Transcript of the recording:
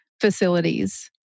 facilities